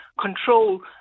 control